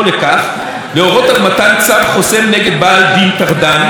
לכך להורות על מתן צו חוסם נגד בעל דין טרדן,